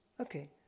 Okay